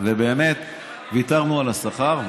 ובאמת ויתרנו על השכר,